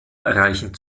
erreichen